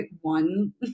one